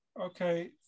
Okay